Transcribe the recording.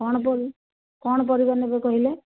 କ'ଣ ପର କ'ଣ ପରିବା ନେବେ କହିଲେ